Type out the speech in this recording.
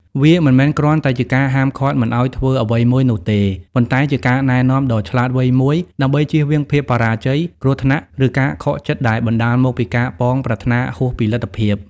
វាមិនមែនគ្រាន់តែជាការហាមឃាត់មិនឲ្យធ្វើអ្វីមួយនោះទេ ប៉ុន្តែជាការណែនាំដ៏ឆ្លាតវៃមួយដើម្បីជៀសវាងភាពបរាជ័យ គ្រោះថ្នាក់ ឬការខកចិត្តដែលបណ្តាលមកពីការប៉ងប្រាថ្នាហួសពីលទ្ធភាព។